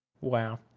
Wow